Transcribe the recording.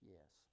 Yes